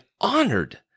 honored